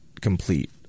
complete